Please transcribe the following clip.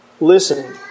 listening